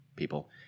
people